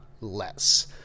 less